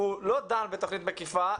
הוא לא דן בתוכנית מקיפה,